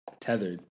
tethered